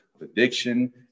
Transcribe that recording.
addiction